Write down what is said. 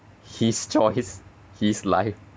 his choice his life